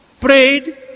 prayed